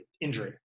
injury